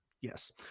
yes